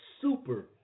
super